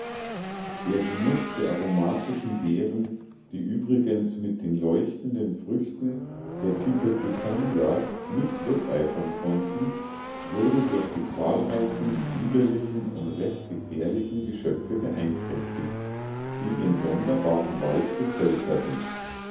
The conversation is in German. der genuß der aromatischen beeren die übrigens mit den leuchtenden früchten der tipekitanga nicht wetteifern konnten wurde durch die zahlreichen widerlichen und recht gefährlichen geschöpfe beeinträchtigt die den sonderbaren wald bevölkerten